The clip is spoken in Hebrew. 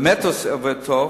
באמת עובד טוב,